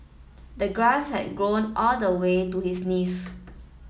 the grass had grown all the way to his knees